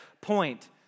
point